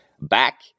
back